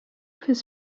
his